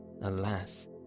Alas